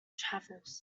travels